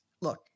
Look